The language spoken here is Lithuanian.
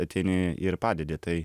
ateini ir padedi tai